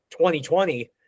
2020